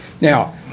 Now